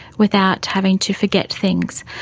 without having to forget things.